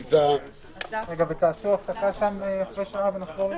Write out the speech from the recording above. ונתחדשה בשעה 16:01.)